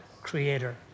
creator